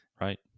right